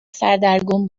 سردرگم